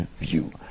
view